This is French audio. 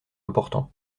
important